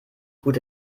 gute